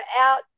out